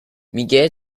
میگه